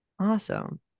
Awesome